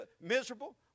miserable